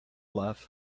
laugh